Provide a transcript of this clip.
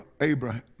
Abraham